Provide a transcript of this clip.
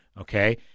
Okay